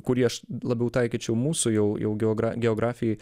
kurį aš labiau taikyčiau mūsų jau jau geogra geografijai